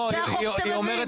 זה החוק שאתם מביאים.